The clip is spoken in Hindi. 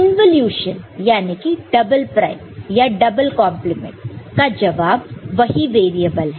इंवॉल्यूशन याने की डबल प्राइम या डबल कंप्लीमेंट का जवाब वही वेरिएबल है